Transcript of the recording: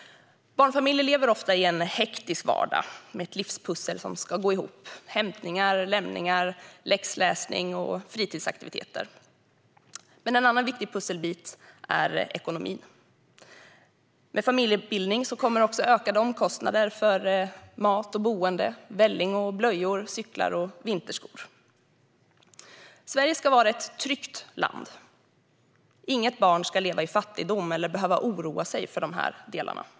Barnfamiljer lever ofta i en hektisk vardag med ett livspussel som ska gå ihop. Det är hämtningar, lämningar, läxläsning och fritidsaktiviteter. En annan viktig pusselbit är ekonomin. Med familjebildning kommer ökade omkostnader för mat och boende. Det är välling, blöjor, cyklar och vinterskor. Sverige ska vara ett tryggt land. Inget barn ska leva i fattigdom eller behöva oroa sig för de här sakerna.